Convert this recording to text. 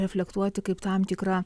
reflektuoti kaip tam tikra